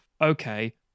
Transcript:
Okay